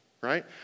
Right